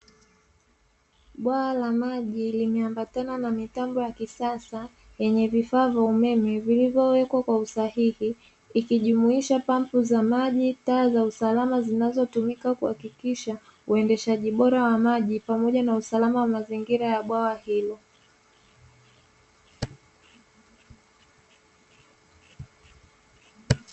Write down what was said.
Bwawa la maji limeambatana na mitambo ya kisasa yenye vifaa vya umeme vilivyowekwa kwa usahihi, ikijumisha pampu za maji, taa za usalama zinazotumika kuhakikisha uendeshaji bora wa maji pamoja na usalama wa mazingira ya bwawa hilo.